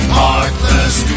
Heartless